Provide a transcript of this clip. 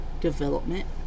development